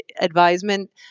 advisement